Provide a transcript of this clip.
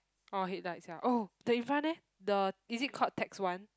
oh headlights ya oh the in front leh the is it called text one